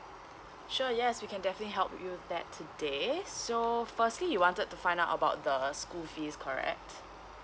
sure yes we can definitely help you with that today so firstly you wanted to find out about the school fees correct